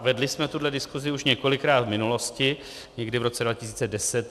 Vedli jsme tuhle diskusi už několikrát v minulosti, někdy v roce 2010.